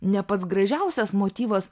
ne pats gražiausias motyvas